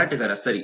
ಮಾರಾಟಗಾರ ಸರಿ